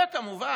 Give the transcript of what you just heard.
וכמובן,